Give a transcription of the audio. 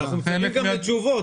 אבל אנחנו מחכים גם לתשובות,